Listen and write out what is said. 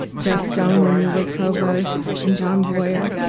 jeff stone, when you were provost. and john boyer.